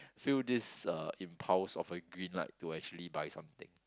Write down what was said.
feel this uh impulse of a green light to actually buy something